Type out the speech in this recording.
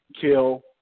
kill